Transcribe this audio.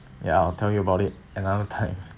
ya I'll tell you about it another time